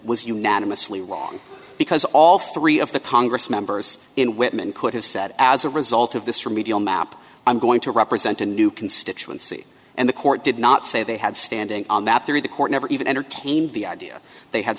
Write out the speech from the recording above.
was unanimously wrong because all three of the congress members in whitman could have said as a result of this remedial map i'm going to represent a new constituency and the court did not say they had standing on that through the court never even entertained the idea they ha